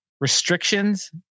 restrictions